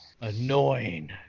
annoying